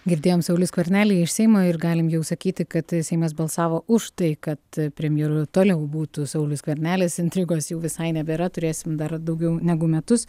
girdėjom saulių skvernelį iš seimo ir galim jau sakyti kad seimas balsavo už tai kad premjeru toliau būtų saulius skvernelis intrigos jau visai nebėra turėsim dar daugiau negu metus